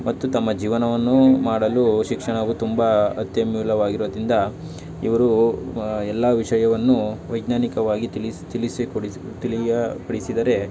ಮತ್ತು ತಮ್ಮ ಜೀವನವನ್ನೂ ಮಾಡಲು ಶಿಕ್ಷಣವು ತುಂಬ ಅತ್ಯಮೂಲ್ಯವಾಗಿರೋದರಿಂದ ಇವರು ಎಲ್ಲ ವಿಷಯವನ್ನೂ ವೈಜ್ಞಾನಿಕವಾಗಿ ತಿಳಿಸಿ ತಿಳಿಸಿಕೊಡಿ ತಿಳಿಯಪಡಿಸಿದರೆ